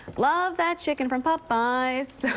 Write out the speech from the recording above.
love that chicken from popeyes.